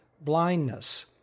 blindness